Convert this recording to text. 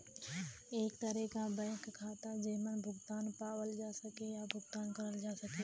एक तरे क बैंक खाता जेमन भुगतान पावल जा सके या भुगतान करल जा सके